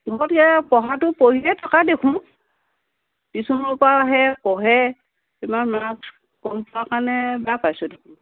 পঢ়াটো পঢ়িয়ে থকা দেখোঁ টিউশ্যনৰ পৰা আহে পঢ়ে ইমান মাৰ্ক্স কম পোৱা কাৰণে বেয়া পাইছোঁ দেখোন